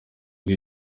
bwe